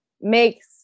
makes